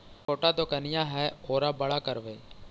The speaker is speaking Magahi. छोटा दोकनिया है ओरा बड़ा करवै?